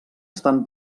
estan